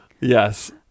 yes